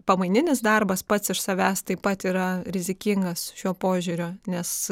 pamaininis darbas pats iš savęs taip pat yra rizikingas šiuo požiūriu nes